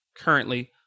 currently